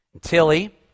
Tilly